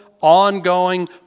ongoing